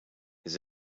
his